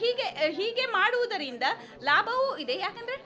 ಹೀಗೆ ಹೀಗೆ ಮಾಡುವುದರಿಂದ ಲಾಭವು ಇದೆ ಯಾಕೆಂದರೆ